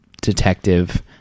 detective